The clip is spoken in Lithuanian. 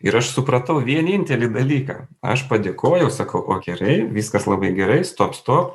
ir aš supratau vienintelį dalyką aš padėkojau sakau o gerai viskas labai gerai stop stop